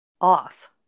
off